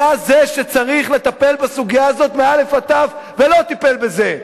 היה זה שצריך לטפל בסוגיה הזאת מאלף עד תיו ולא טיפל בזה.